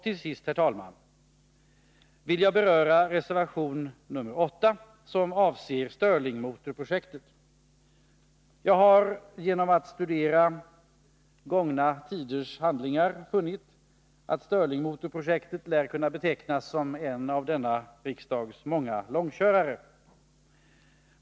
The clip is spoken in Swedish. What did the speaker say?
Till sist, herr talman, vill jag beröra reservation nr 8, som avser stirlingmotorprojektet. Jag har genom att studera gångna tiders handlingar funnit att stirlingmotorprojektet lär kunna betecknas som en av denna riksdags många långkörare.